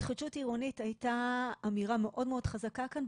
התחדשות עירונית הייתה אמירה מאוד-מאוד חזקה כאן,